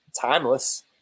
timeless